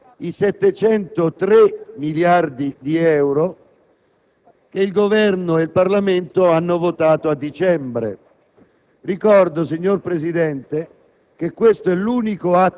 contro i 703 miliardi di euro che Governo e Parlamento avevano votato a dicembre.